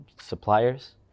suppliers